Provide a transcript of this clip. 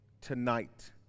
tonight